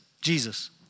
Jesus